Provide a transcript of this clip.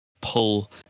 pull